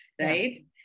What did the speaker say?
right